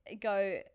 go